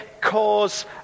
cause